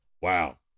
Wow